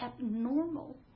abnormal